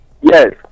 Yes